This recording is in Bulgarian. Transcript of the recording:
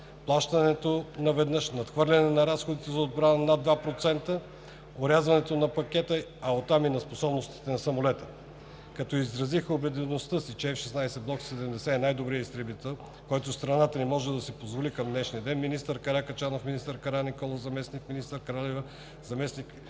плащането наведнъж, надхвърляне на разходите за отбрана над 2% от брутния вътрешен продукт, орязване на пакета, а оттам на способностите на самолета. Като изразиха убедеността си, че F-16, Block 70 е най-добрият изтребител, който страната ни може да си позволи към днешния ден министър Каракачанов, министър Караниколов заместник министър Кралева, заместник-министър